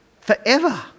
forever